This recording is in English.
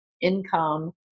income